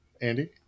Andy